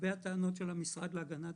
לגבי הטענות של המשרד להגנת